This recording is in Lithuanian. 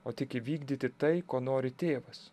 o tik įvykdyti tai ko nori tėvas